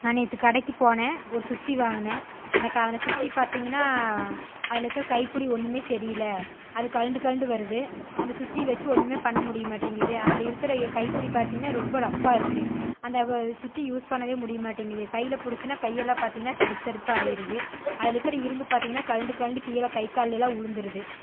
நான் நேற்று கடைக்குக் போனேன் ஒரு சுத்தி வாங்கினேன் அந்த க அந்த சுத்தி பார்த்திங்கனா அதில் இருக்கிற கைப்பிடி ஒன்றுமே சரியில்லை அது கழண்டு கழண்டு வருது அந்தச் சுத்தி வச்சு ஒன்றுமே பண்ண முடிய மாட்டேங்கிது அதில் இருக்கிற கைப்பிடி பார்த்திங்கனா ரொம்ப ரஃப்பாக இருக்குது அந்தச் சுத்தி யூஸ் பண்ணவே முடிய மாட்டேங்கிது கையில் பிடிச்சோனா கையெல்லாம் பார்த்திங்கனா தடுப்பு தடுப்பாக ஆயிடுது அதில் இருக்கிற இரும்பு பார்த்திங்கனா கழண்டு கழண்டு கீழே கை காலில் எல்லாம் விழுந்துருது